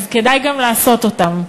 אז כדאי גם לעשות אותם.